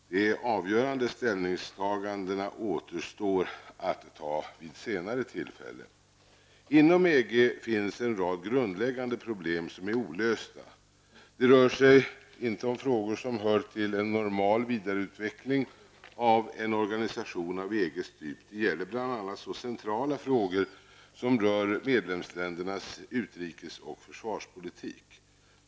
De avgörande ställningstagandena återstår att göra vid ett senare tillfälle. Det finns inom EG en rad grundläggande problem som är olösta. Det rör sig inte om frågor som hör till en normal vidareutveckling av en organisation av EGs typ. Det gäller bl.a. så centrala frågor som medlemsländernas utrikes och försvarspolitik.